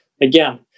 Again